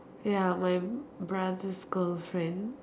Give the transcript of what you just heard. ya my brother's girlfriend